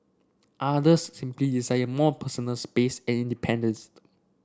others simply desire more personal space and independenced